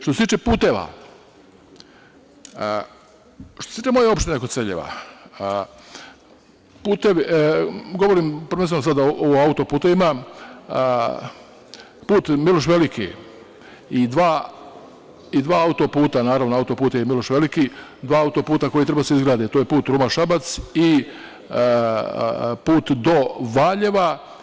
Što se tiče puteva, što se tiče moje opštine Koceljeva, govorim prvenstveno sada o autoputevima, put „Miloš Veliki“ i dva autoputa, naravno, autoput je i „Miloš Veliki“, dva autoputa koji treba da se izgrade, to je put Ruma-Šabac i put do Valjeva.